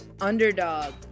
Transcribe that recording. Underdog